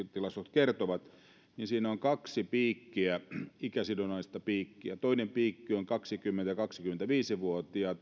kertovat siinä on kaksi ikäsidonnaista piikkiä toinen piikki ovat kaksikymmentä viiva kaksikymmentäviisi vuotiaat